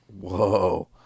Whoa